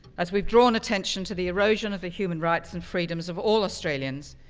as we've drawn attention to the erosion of the human rights and freedoms of all australians,